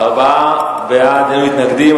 ארבעה בעד, אין מתנגדים.